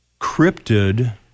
cryptid